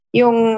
yung